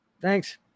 Thanks